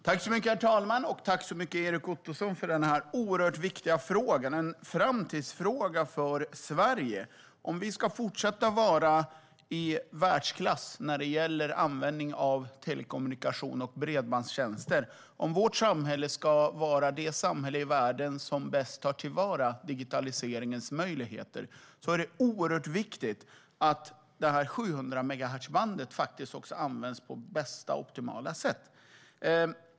Herr talman! Tack, Erik Ottoson, för denna oerhört viktiga fråga! Det är en framtidsfråga för Sverige. Om vi ska fortsätta att vara i världsklass när det gäller användning av telekommunikation och bredbandstjänster, och om vårt samhälle ska vara det samhälle i världen som bäst tar till vara digitaliseringens möjligheter, är det viktigt att 700-megahertzbandet används på optimalaste sätt.